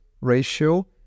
ratio